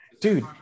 dude